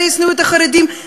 אלה ישנאו את החרדים.